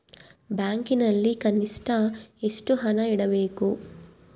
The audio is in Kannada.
ಬ್ಯಾಂಕಿನಲ್ಲಿ ಕನಿಷ್ಟ ಎಷ್ಟು ಹಣ ಇಡಬೇಕು?